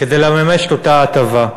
כדי לממש את אותה הטבה.